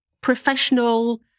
professional